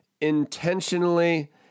intentionally